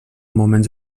moments